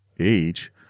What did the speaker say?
age